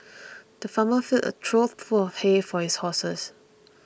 the farmer filled a trough full of hay for his horses